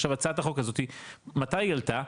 עכשיו הצעת החוק הזאתי מתי היא עלתה?